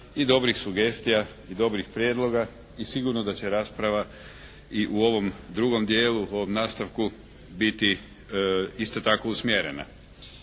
i dobrih sugestija i dobrih prijedloga i sigurno da će rasprava i u ovom drugom dijelu, u ovom nastavku biti isto tako usmjerena.